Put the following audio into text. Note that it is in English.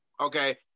Okay